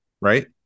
Right